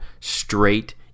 straight